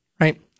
right